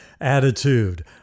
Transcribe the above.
attitude